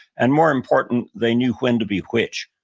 and more important, they knew when to be which.